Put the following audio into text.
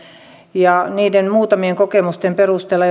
ja niiden muutamien kokemusten perustella